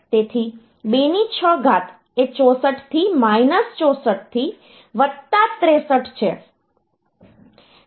તેથી 2 ની 6 ઘાત એ 64 થી માઇનસ 64 થી વત્તા 63 છે